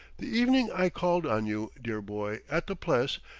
the evening i called on you, dear boy, at the pless,